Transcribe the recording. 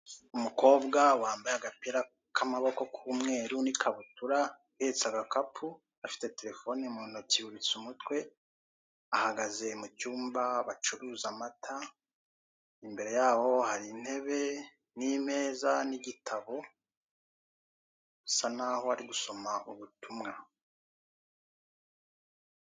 Umukobwa wambaye agapira k'amaboko k'umweru n'ikabutura, ahetse agakapu, afite telefoni mu ntoki yubitse umutwe; ahagaze mu cyumba bacuruza amata; imbere y'aho hari intebe n'imeza n'igitabo, bisa nk'aho ari gusoma ubutumwa.